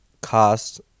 cost